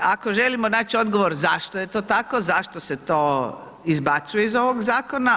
Ako želimo naći odgovor zašto je to tako, zašto se to izbacuje iz ovog zakona?